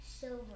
silver